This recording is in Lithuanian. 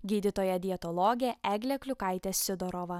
gydytoja dietologė eglė kliukaitė sidorova